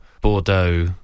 Bordeaux